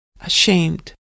ashamed